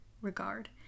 Regard